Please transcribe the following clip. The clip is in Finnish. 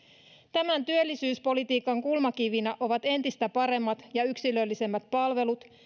tämän työllisyyspolitiikan kulmakivinä ovat entistä paremmat ja yksilöllisemmät palvelut